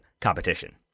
competition